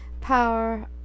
power